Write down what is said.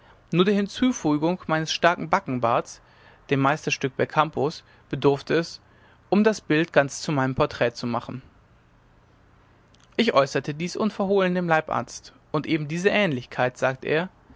nur der hinzufügung meines starken backenbarts dem meisterstück belcampos bedurfte es um das bild ganz zu meinem porträt zu machen ich äußerte dies unverhohlen dem leibarzt und eben diese ähnlichkeit sagte er